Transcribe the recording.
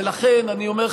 ולכן אני אומר,